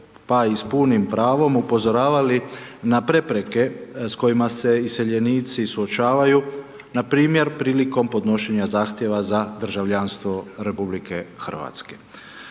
pa i s punim pravom upozoravali na prepreke s kojima se iseljenici suočavaju, npr. prilikom podnošenja zahtjeva za državljanstvo RH. Dakle,